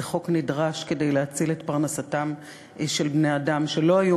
זה חוק נדרש כדי להציל את פרנסתם של בני-אדם שלא היו